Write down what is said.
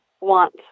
want